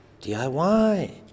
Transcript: DIY